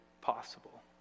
possible